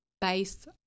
base